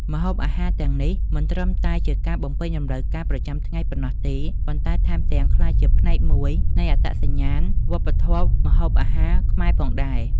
ម្ហូបអាហារទាំងនេះមិនត្រឹមតែជាការបំពេញតម្រូវការប្រចាំថ្ងៃប៉ុណ្ណោះទេ ប៉ុន្តែថែមទាំងក្លាយជាផ្នែកមួយនៃអត្តសញ្ញាណវប្បធម៌ម្ហូបអាហារខ្មែរទៀតផង។